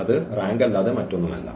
അത് റാങ്ക് അല്ലാതെ മറ്റൊന്നുമല്ല